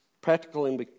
Practical